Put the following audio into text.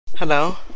Hello